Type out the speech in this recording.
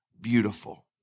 beautiful